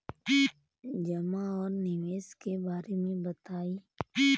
जमा और निवेश के बारे मे बतायी?